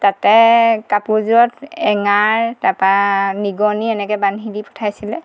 তাতে কাপোৰযোৰত এঙাৰ তাপা নিগনি এনেকৈ বান্ধি দি পঠাইছিলে